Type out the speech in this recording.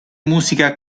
musica